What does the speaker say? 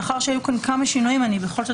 מאחר והיו כאן כמה שינויים אני בכל זאת